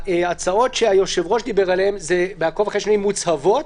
ההצעות שהיושב-ראש דיבר עליהן בעקוב אחרי שינויים זה מוצהבות,